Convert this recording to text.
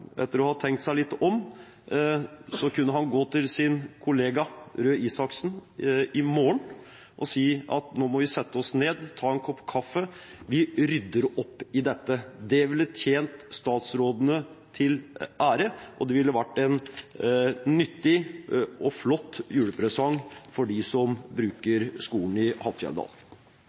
etter å ha tenkt seg litt om vil han gå til sin kollega Røe Isaksen i morgen og si at nå må vi sette oss ned, ta en kopp kaffe – vi rydder opp i dette. Det ville tjent statsrådene til ære, og det ville vært en nyttig og flott julepresang til dem som